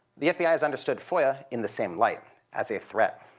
the fbi has understood foia in the same light as a threat